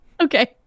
Okay